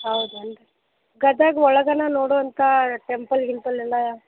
ಹೌದನು ರೀ ಗದಗ ಒಳಗೆನಾ ನೊಡುವಂತ ಟೆಂಪಲ್ ಗಿಂಪಲ್ ಎಲ್ಲ